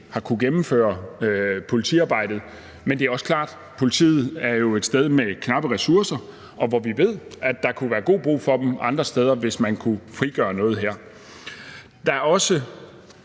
har kunnet gennemføre politiarbejdet, men det er også klart, at politiet jo er et sted med knappe ressourcer, og vi ved, at der kunne være god brug for dem andre steder, hvis man kunne frigøre noget her. Der er også